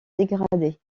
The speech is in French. dégrader